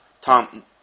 Tom